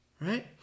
Right